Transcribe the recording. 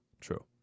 true